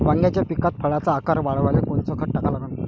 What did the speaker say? वांग्याच्या पिकात फळाचा आकार वाढवाले कोनचं खत टाका लागन?